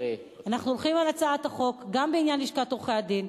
אנחנו הולכים על הצעת החוק גם בעניין לשכת עורכי-הדין.